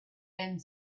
and